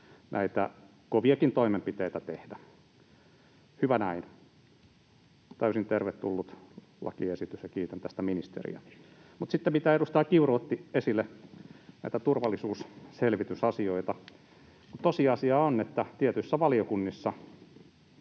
näitä koviakin toimenpiteitä tehdä. Hyvä näin. Täysin tervetullut lakiesitys, ja kiitän tästä ministeriä. Sitten edustaja Kiuru otti esille näitä turvallisuusselvitysasioita: Tosiasia on, että tietyissä valiokunnissa